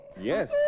Yes